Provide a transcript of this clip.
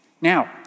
Now